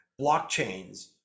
blockchains